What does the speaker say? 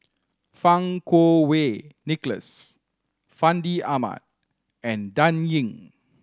Fang Kuo Wei Nicholas Fandi Ahmad and Dan Ying